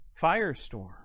firestorm